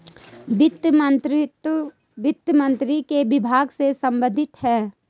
वित्त मंत्रीत्व वित्त मंत्री के विभाग से संबंधित है